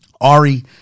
Ari